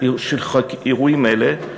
של אירועים אלה,